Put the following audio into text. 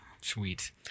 Sweet